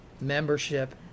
membership